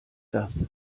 das